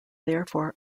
therefore